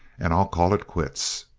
and i'll call it quits!